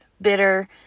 bitter